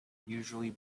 usually